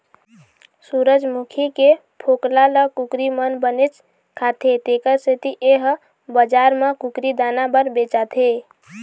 सूरजमूखी के फोकला ल कुकरी मन बनेच खाथे तेखर सेती ए ह बजार म कुकरी दाना बर बेचाथे